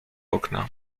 okna